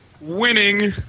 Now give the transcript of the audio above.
Winning